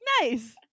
Nice